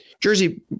Jersey